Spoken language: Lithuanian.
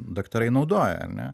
daktarai naudoja ar ne